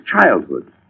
childhood